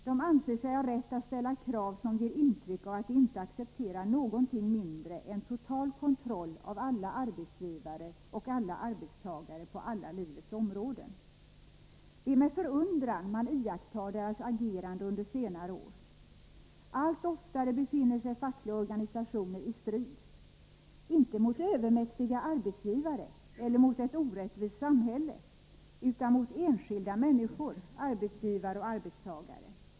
De anser sig ha rätt att ställa krav som ger intryck av att de inte accepterar någonting mindre än total kontroll av alla arbetsgivare och alla arbetstagare på alla livets Nr 31 områden. ä 4 ; Onsdagen den Det är med förundran man iakttar deras agerande under senare år. Allt 33 fiövälmberlö83 oftare befinner sig fackliga organisationer i strid, inte mot övermäktiga arbetsgivare eller mot ett orättvist samhälle, utan mot enskilda människor, i ; Medbestämmandearbetsgivare och arbetstagare.